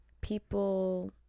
people